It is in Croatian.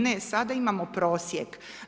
Ne sada imamo prosjek.